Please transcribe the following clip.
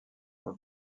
mois